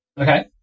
Okay